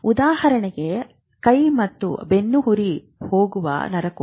ಉದಾಹರಣೆಗೆ ಕೈಗೆ ಮತ್ತು ಬೆನ್ನುಹುರಿ ಹೋಗುವ ನರಕೋಶ